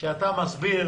כשאתה מסביר